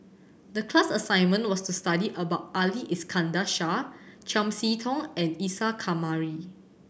the class assignment was to study about Ali Iskandar Shah Chiam See Tong and Isa Kamari